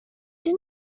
did